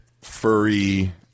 furry